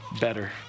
better